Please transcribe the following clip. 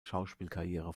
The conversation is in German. schauspielkarriere